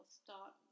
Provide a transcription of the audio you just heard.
start